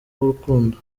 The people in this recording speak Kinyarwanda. w’urukundo